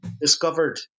discovered